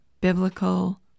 biblical